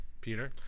Peter